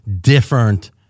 different